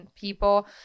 people